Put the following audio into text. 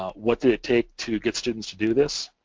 ah what did it take to get students to do this?